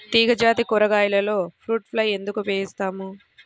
తీగజాతి కూరగాయలలో fruit fly ఎందుకు ఉపయోగిస్తాము?